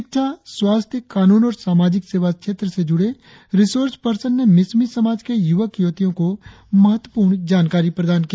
शिक्षा स्वास्थ्य कानून और सामाजिक सेवा क्षेत्र से जूड़े रिसोर्स पर्सन ने मिश्मी समाज के युवक युवतियों को महत्वपूर्ण जानकारी प्रदान की